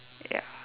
ya